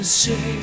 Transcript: say